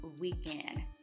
weekend